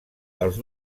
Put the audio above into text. dels